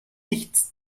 nichts